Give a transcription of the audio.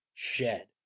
shed